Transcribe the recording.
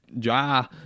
Ja